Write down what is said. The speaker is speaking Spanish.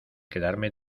quedarme